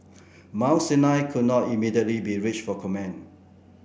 Mount Sinai could not immediately be reached for comment